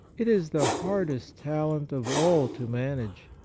it is the hardest talent of all to manage,